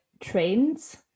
trends